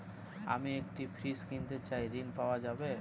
আমি একটি ফ্রিজ কিনতে চাই ঝণ পাওয়া যাবে?